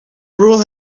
rule